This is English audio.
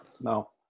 No